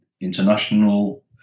international